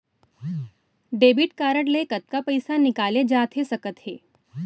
Debit card ले कतका पइसा निकाले जाथे सकत हे?